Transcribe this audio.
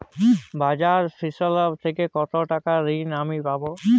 Bajaj Finserv থেকে কতো টাকা ঋণ আমি পাবো?